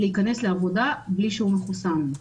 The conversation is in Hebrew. להיכנס לעבודה בלי שהוא מחוסן.